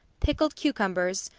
pickled cucumbers,